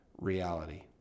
reality